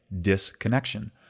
disconnection